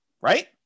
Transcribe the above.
Right